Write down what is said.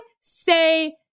say